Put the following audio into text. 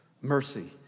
Mercy